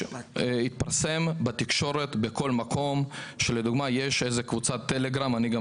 התפרסם בתקשורת בכל מקום שיש קבוצת טלגרם אני יודע